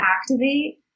activate